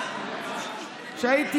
כן, שמעתי.